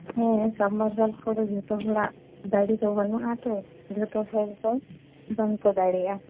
ᱦᱮᱸ ᱥᱟᱵᱢᱟᱨᱥᱟᱞ ᱠᱚᱫᱚ ᱡᱷᱚᱛᱚ ᱦᱚᱲᱟᱜ ᱫᱟᱲᱮ ᱫᱚ ᱵᱟᱱᱩᱜᱼᱟ ᱛᱚ ᱡᱷᱚᱛᱚ ᱦᱚᱲ ᱫᱚ ᱵᱟᱝᱠᱚ ᱫᱟᱲᱮᱭᱟᱜᱼᱟ